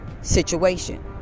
situation